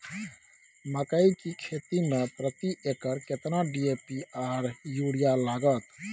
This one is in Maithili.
मकई की खेती में प्रति एकर केतना डी.ए.पी आर यूरिया लागत?